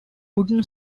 wooden